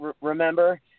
remember